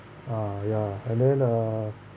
uh ya and then uh